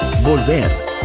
Volver